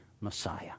Messiah